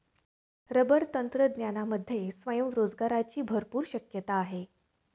rubber तंत्रज्ञानामध्ये स्वयंरोजगाराची भरपूर शक्यता आहे